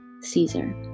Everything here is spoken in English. Caesar